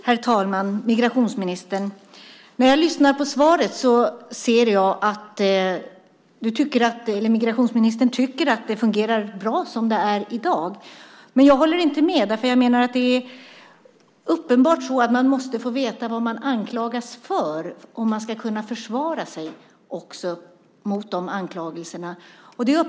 Herr talman! Migrationsministern! När jag lyssnar på svaret hör jag att migrationsministern tycker att det fungerar bra som det är i dag. Men jag håller inte med, för jag menar att det är uppenbart att man måste få veta vad man anklagas för om man ska kunna försvara sig mot anklagelserna.